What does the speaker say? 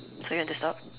so you want to stop